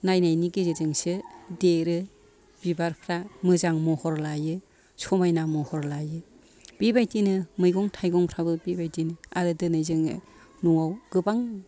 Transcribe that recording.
नायनायनि गेजेरजोंसो देरो बिबारफ्रा मोजां महर लायो समायना महर लायो बिबायदिनो मैगं थाइगंफ्राबो बेबायदिनो आरो दिनै जोङो न'आव गोबां